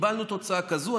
קיבלנו תוצאה כזאת.